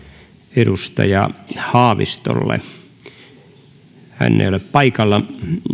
edustaja haavisto ei ole paikalla joten